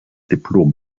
diplom